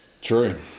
True